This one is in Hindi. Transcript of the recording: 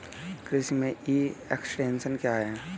कृषि में ई एक्सटेंशन क्या है?